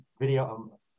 video